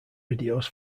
videos